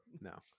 No